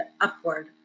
upward